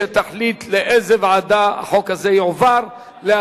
הרווחה והבריאות